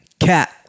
Cat